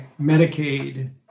Medicaid